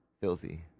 Filthy